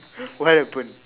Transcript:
what happened